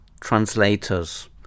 translators